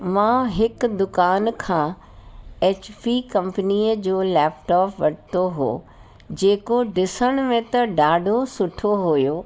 मां हिकु दुकान खां एचपी कंपनीअ जो लैपटॉप वरितो हुओ जेको ॾिसण में त ॾाढो सुठो हुओ